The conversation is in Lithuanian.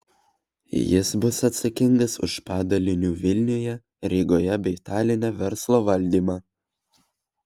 jis bus atsakingas už padalinių vilniuje rygoje bei taline verslo valdymą